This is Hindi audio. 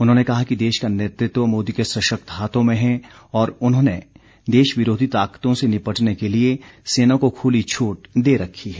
उन्होंने कहा कि देश का नेतृत्व मोदी के सशक्त हाथों में है और उन्होंने देश विरोधी ताकतों से निपटने के लिए सेना को खुली छूट दे रखी है